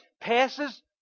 passes